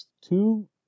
two